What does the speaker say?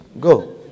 Go